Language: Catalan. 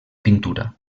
pintura